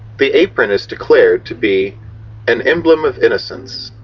the apron is declared to be an emblem of innocence.